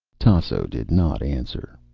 tasso did not answer.